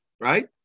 right